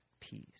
peace